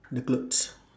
the clothes